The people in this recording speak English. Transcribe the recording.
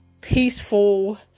peaceful